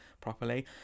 properly